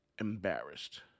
embarrassed